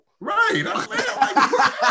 Right